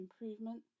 improvement